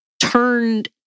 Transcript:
turned